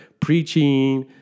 preaching